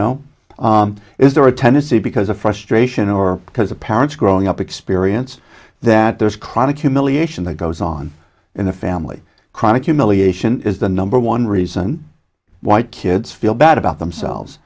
know is there a tendency because of frustration or because a parent's growing up experience that there's chronic humiliation that goes on in the family chronic humiliation is the number one reason why kids feel bad about themselves